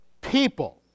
people